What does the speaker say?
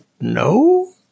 No